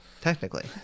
Technically